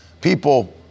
people